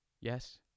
Yes